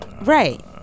Right